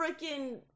freaking